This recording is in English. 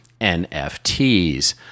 NFTs